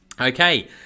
Okay